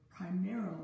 primarily